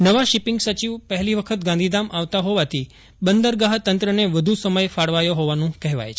નવા શિપિંગ સચિવ પહેલી વખત ગાંધીધામ આવતા હોવાથી બંદર ગાહ તંત્રને વધુ સમય ફાળવાયો હોવાનું કહેવાય છે